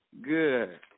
Good